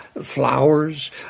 flowers